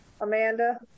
Amanda